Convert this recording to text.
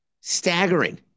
Staggering